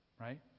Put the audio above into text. right